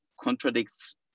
contradicts